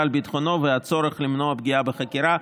על ביטחונו והצורך למנוע פגיעה בחקירה,